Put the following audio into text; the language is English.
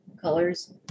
colors